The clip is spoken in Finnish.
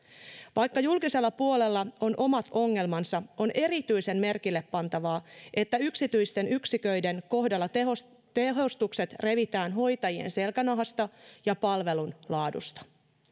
vaikka julkisella puolella on omat ongelmansa on erityisen merkillepantavaa että yksityisten yksiköiden kohdalla tehostukset tehostukset revitään hoitajien selkänahasta ja palvelun laadusta